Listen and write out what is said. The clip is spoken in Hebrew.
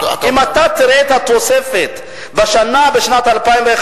אם אתה תראה את התוספת בשנת 2011,